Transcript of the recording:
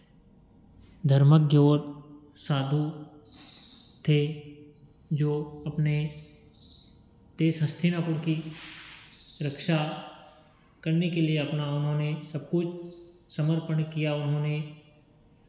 धर्मज्ञ और साधु थे जो अपने देश हस्तिनापुर की रक्षा करने के लिए अपना उन्होंने सब कुछ समर्पण किया उन्होंने